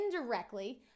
indirectly